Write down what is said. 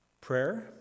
prayer